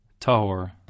tahor